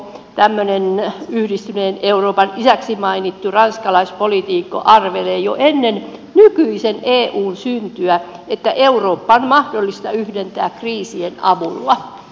tämmöinen yhdistyneen euroopan isäksi mainittu ranskalaispoliitikko arveli jo ennen nykyisen eun syntyä että eurooppa on mahdollista yhdentää kriisien avulla